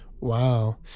Wow